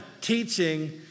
teaching